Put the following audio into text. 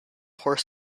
horse